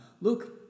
look